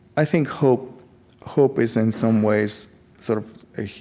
i think hope hope is in some ways sort of a